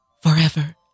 forever